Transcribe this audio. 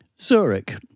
Zurich